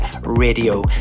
Radio